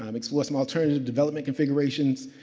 um explore some alternative development configurations.